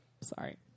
Sorry